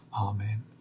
Amen